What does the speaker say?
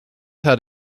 had